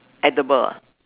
edible